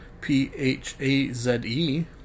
P-H-A-Z-E